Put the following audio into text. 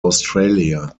australia